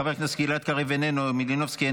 חבר הכנסת גלעד קריב, איננו, מלינובסקי,